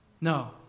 No